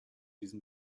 diesem